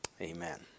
Amen